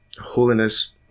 holiness